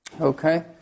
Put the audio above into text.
okay